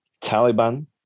Taliban